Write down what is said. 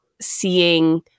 seeing